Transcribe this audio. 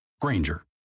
Granger